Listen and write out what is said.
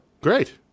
Great